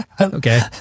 Okay